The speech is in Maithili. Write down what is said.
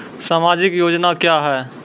समाजिक योजना क्या हैं?